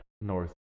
north